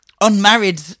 unmarried